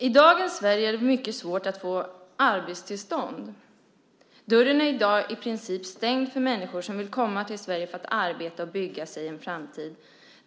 I dagens Sverige är det mycket svårt att få arbetstillstånd. Dörren är i dag i princip stängd för människor som vill komma till Sverige för att arbeta och bygga sig en framtid.